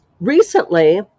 recently